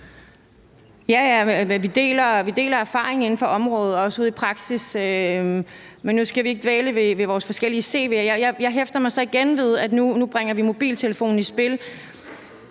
Vi deler erfaringer inden for området, også ude fra praksis. Men nu skal vi ikke dvæle ved vores forskellige cv'er. Jeg hæfter mig så igen ved, at vi nu bringer mobiltelefonen i spil.